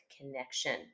connection